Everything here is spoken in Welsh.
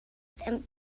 ddim